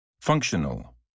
Functional